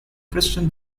christian